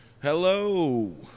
Hello